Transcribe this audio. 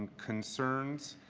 concerns.